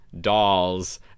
dolls